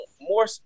more